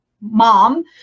mom